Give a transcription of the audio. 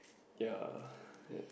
ya ya